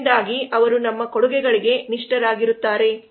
ಇದರಿಂದಾಗಿ ಅವರು ನಮ್ಮ ಕೊಡುಗೆಗಳಿಗೆ ನಿಷ್ಠರಾಗಿರುತ್ತಾರೆ